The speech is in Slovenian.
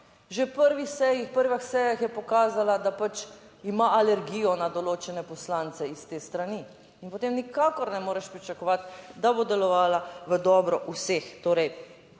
v prvih sejah je pokazala, da pač ima alergijo na določene poslance iz te strani in potem nikakor ne moreš pričakovati, da bo delovala v dobro vseh,